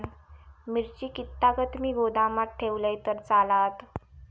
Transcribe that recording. मिरची कीततागत मी गोदामात ठेवलंय तर चालात?